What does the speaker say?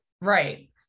right